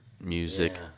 Music